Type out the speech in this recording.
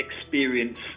experience